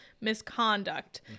misconduct